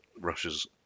Russia's